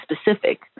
specific